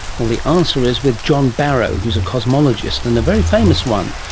well, the answer is with john barrow who is a cosmologist and a very famous one,